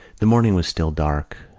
the morning was still dark.